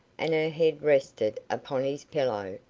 and her head rested upon his pillow,